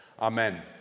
Amen